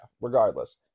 Regardless